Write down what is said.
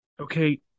okay